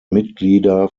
mitglieder